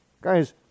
Guys